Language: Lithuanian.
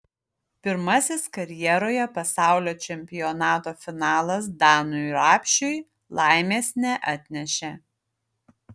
pirmasis karjeroje pasaulio čempionato finalas danui rapšiui laimės neatnešė